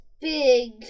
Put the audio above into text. big